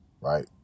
Right